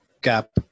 gap